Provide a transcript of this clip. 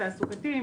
התעסוקתי,